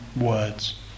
words